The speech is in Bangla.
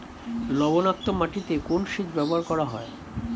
লবণাক্ত মাটিতে কোন সেচ ব্যবহার করা হয়?